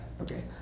Okay